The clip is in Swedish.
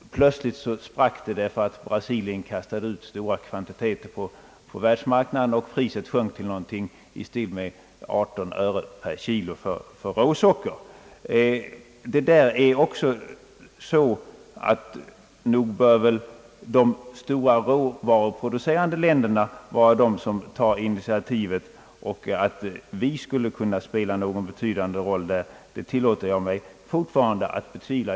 Emellertid sprack den plötsligt därför att Brasilien kastade ut stora kvantiteter på världsmarknaden, och priset sjönk till någonting i stil med 18 öre per kilo för råsocker. Nog bör väl de stora råvaruproducerande länderna vara de som tar initiativet. Att vi skulle kunna spela någon betydande roll i detta hänseende tillåter jag mig fortfarande att betvivla.